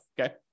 okay